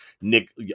Nick